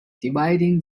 dividing